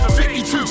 52